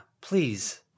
please